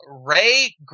Ray